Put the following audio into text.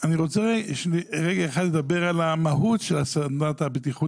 אני רוצה רגע אחד לדבר על המהות של סדנת הבטיחות